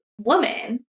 woman